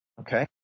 okay